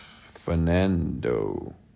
Fernando